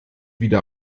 wieder